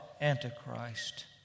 Antichrist